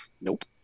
nope